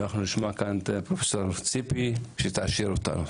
נשמע כאן את פרופ' ציפי שתעשיר אותנו.